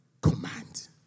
command